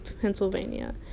Pennsylvania